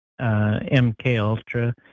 MKUltra